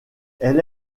elle